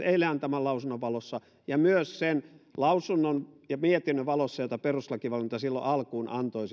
eilen antaman lausunnon valossa ja myös sen lausunnon ja mietinnön valossa jota perustuslakivaliokunta silloin alkuun antoi